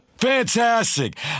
Fantastic